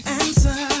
answer